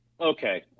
Okay